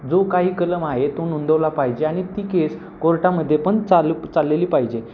जो काही कलम आहे तो नोंदवला पाहिजे आणि ती केस कोर्टामध्ये पण चालू चाललेली पाहिजे